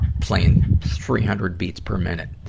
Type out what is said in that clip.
playing three hundred beats per minute.